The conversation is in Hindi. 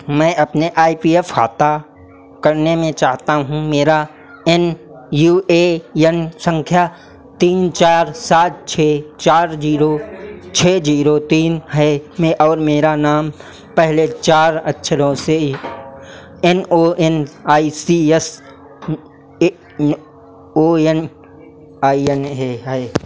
मैं अपने आई पी एफ खाता करने में चाहता हूँ मेरा एन यू ए एन सँख्या तीन चार सात छह चार ज़ीरो छह ज़ीरो तीन है और मेरा नाम पहले चार अक्षरों से N O N I C S O N I N A है